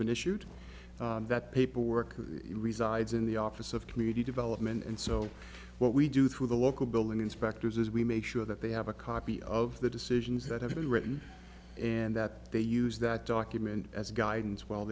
been issued that paperwork resides in the office of community development and so what we do through the local building inspectors as we make sure that they have a copy of the decisions that have been written and that they use that document as guidance while